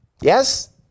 Yes